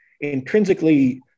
intrinsically